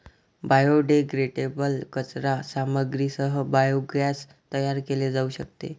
biodegradable कचरा सामग्रीसह biogas तयार केले जाऊ शकते